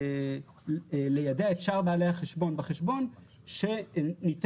יצטרך ליידע את שאר בעלי החשבון בחשבון שניתנת